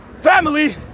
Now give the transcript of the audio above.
family